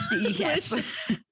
Yes